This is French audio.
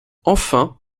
enfin